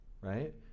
right